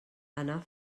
anar